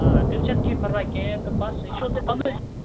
آ تیٚلہِ چھےٚ نہٕ کینٛہہ پرواے کینٛہہ تہِ پس یہِ چھُو تۄہہِ پنٛنُے